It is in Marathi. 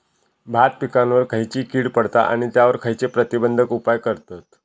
भात पिकांवर खैयची कीड पडता आणि त्यावर खैयचे प्रतिबंधक उपाय करतत?